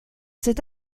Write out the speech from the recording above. cette